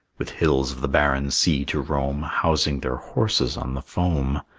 with hills of the barren sea to roam, housing their horses on the foam.